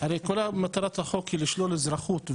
כל מטרת החוק היא לשלול אזרחות.